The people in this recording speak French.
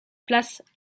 place